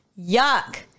Yuck